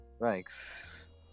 Thanks